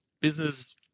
business